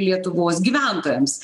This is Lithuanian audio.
lietuvos gyventojams